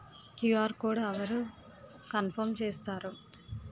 QR code అవరు confirm చేస్తారు?